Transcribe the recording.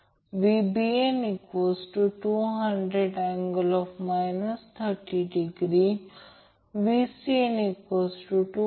याचा अर्थ असा आहे की जर बॅलन्स व्होल्टेजसाठी magnitude Van magnitude Vbn magnitude Vcn